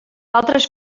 altres